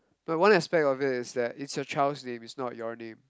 but one expect of it is that it's your child's name it's not your name